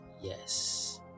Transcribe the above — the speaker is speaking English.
Yes